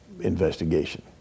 investigation